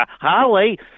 Holly